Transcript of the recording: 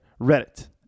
Reddit